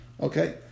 okay